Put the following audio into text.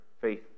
faith